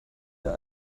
der